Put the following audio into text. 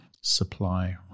supply